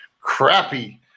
crappy